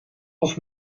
als